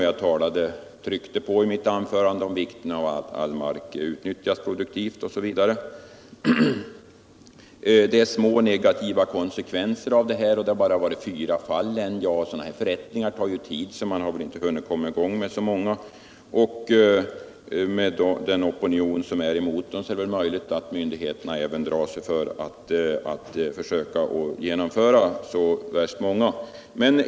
Jag tryckte i mitt anförande på vikten av att all mark utnyttjas produktivt. Sven Eric Åkerfeldt sade att de negativa konsekvenserna är små och att det bara har varit fyra fall än. Ja, men förrättningar tar ju tid, så man har väl inte hunnit komma i gång med så många. Och med den opinion emot dem som finns är det väl möjligt att myndigheterna även drar sig för att försöka genomföra så värst många.